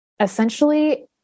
essentially